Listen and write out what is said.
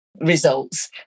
results